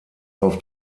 auf